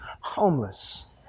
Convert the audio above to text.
homeless